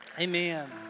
Amen